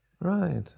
Right